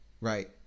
right